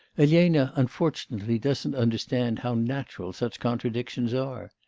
elena unfortunately doesn't understand how natural such contradictions are.